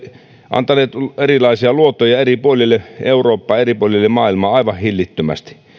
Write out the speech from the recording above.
antaneet erilaisia luottoja eri puolille eurooppaa eri puolille maailmaa aivan hillittömästi